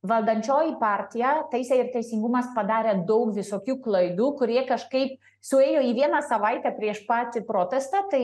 valdančioji partija teisė ir teisingumas padarė daug visokių klaidų kurie kažkaip suėjo į vieną savaitę prieš patį protestą tai